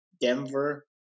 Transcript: Denver